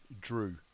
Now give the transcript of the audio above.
drew